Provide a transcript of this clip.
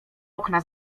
okna